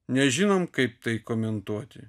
nežinom kaip tai komentuoti